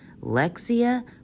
Lexia